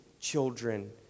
Children